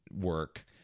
work